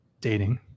dating